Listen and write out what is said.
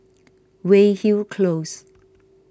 Weyhill Close